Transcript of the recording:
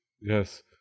Yes